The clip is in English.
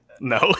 No